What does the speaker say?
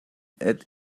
park